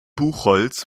buchholz